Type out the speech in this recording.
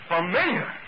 Familiar